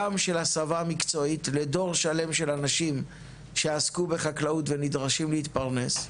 גם של הסבה מקצועית לדור שלם של אנשים שעסקו בחקלאות ונדרשים להתפרנס,